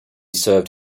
served